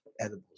edibles